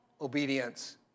obedience